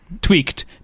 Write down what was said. tweaked